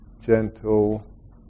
gentle